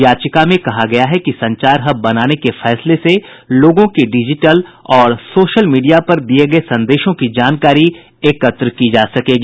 याचिका में कहा गया है कि संचार हब बनाने के फैसले से लोगों की डिजिटल और सोशल मीडिया पर दिए गए संदेशों की जानकारी एकत्र की जा सकेगी